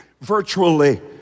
virtually